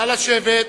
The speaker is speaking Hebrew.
נא לשבת.